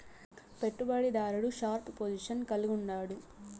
పెట్టుబడి దారుడు sharp position కలిగుండాడు